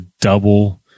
double